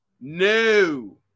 No